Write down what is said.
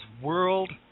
world